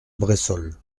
bressols